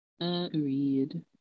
Agreed